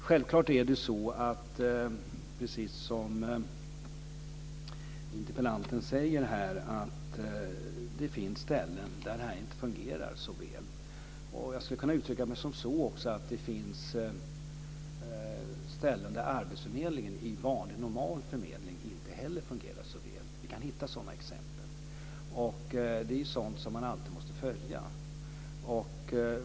Självklart är det precis så som interpellanten säger här, att det finns ställen där det här inte fungerar så väl. Jag skulle också kunna uttrycka det så att det finns ställen där arbetsförmedlingen i fråga om vanlig, normal förmedling inte heller fungerar så väl. Vi kan hitta sådana exempel. Det är sådant som man alltid måste följa.